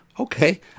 okay